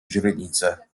źrenice